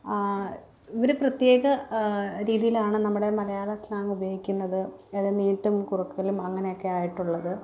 ഇവർ പ്രത്യേക രീതിയിലാണ് നമ്മുടെ മലയാള സ്ലാങ് ഉപയോഗിക്കുന്നത് അത് നീട്ടും കുറുക്കലും അങ്ങനെയൊക്കെ ആയിട്ടുള്ളത്